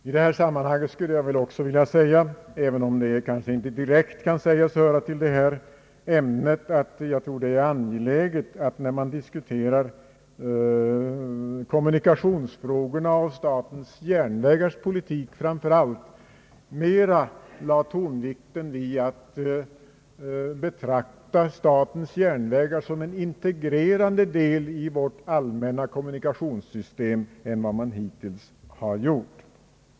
I detta sammanhang vill jag betona, även om det kanske inte direkt hör till detta ämne, att jag tror att vi, när vi diskuterar kommunikationerna och statens politik framför allt, bör lägga tonvikten på att betrakta statens järnvägar som en integrerad del i vårt allmänna kommunikationssystem mer än vi hittills gjort.